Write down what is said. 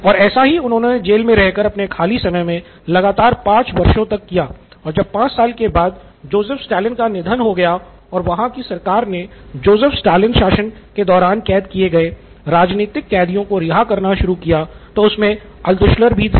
और ऐसा ही उन्होने जेल मे रह कर अपने खाली समय मे लगातार पाँच वर्षो तक किया और जब पाँच साल बाद जोसेफ स्टालिन का निधन हो गया और वहाँ की सरकार ने जोसेफ स्टालिन शासन के दौरान कैद किए गए राजनीतिक कैदियों को रिहा करना शुरू किया तो उसमे अल्त्शुलर भी थे